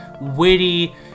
witty